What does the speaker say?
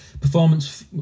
performance